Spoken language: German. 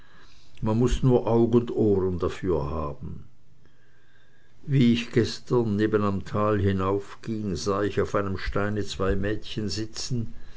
man muß nur aug und ohren dafür haben wie ich gestern neben am tal hinaufging sah ich auf einem steine zwei mädchen sitzen